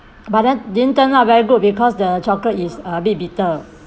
but then didn't turn out very good because the chocolate is a bit bitter